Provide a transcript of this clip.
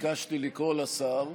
ביקשתי לקרוא לשר,